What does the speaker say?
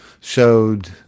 showed